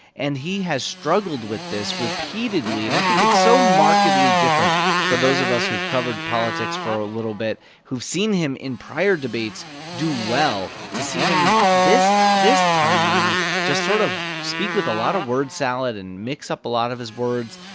and he has struggled with this repeatedly. and i think it's so markedly different for those of us who've covered politics for a little bit who've seen him in prior debates do well to see him this this time around just sort of speak with a lot of word salad and mix up a lot of his words.